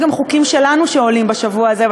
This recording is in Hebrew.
יש גם חוקים שלנו שעולים בשבוע הזה,